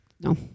no